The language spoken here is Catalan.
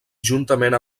juntament